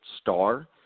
star